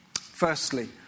Firstly